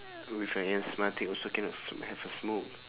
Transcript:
with an asthmatic also cannot s~ have a smoke